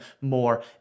more